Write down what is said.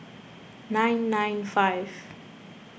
nine nine five